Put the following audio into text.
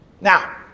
Now